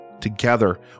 Together